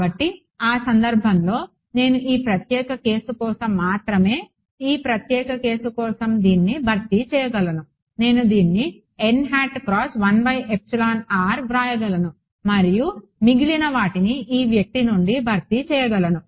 కాబట్టి ఆ సందర్భంలో నేను ఈ ప్రత్యేక కేసు కోసం మాత్రమే ఈ ప్రత్యేక కేసు కోసం దీన్ని భర్తీ చేయగలను నేను దీన్ని వ్రాయగలను మరియు మిగిలిన వాటిని ఈ వ్యక్తి నుండి భర్తీ చేయగలను